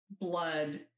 blood